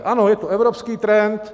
Ano, je to evropský trend.